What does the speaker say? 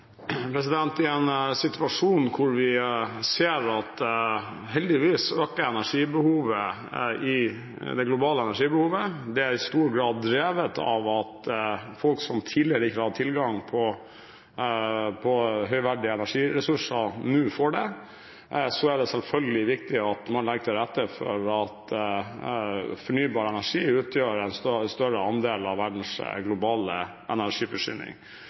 I en situasjon hvor vi ser at det globale energibehovet øker – det er i stor grad drevet av at folk som tidligere ikke hadde tilgang på høyverdige energiressurser, nå får det – er det selvfølgelig viktig at man legger til rette for at fornybar energi utgjør en større andel av verdens globale energiforsyning.